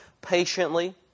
patiently